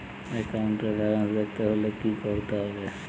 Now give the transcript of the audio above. একাউন্টের ব্যালান্স দেখতে হলে কি করতে হবে?